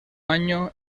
año